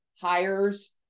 hires